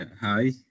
Hi